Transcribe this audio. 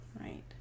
Right